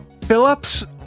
Phillips